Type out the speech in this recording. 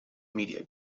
media